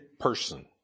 person